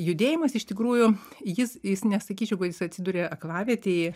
judėjimas iš tikrųjų jis jis nesakyčiau kad jis atsiduria aklavietėj